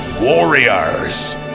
Warriors